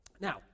Now